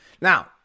Now